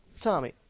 Tommy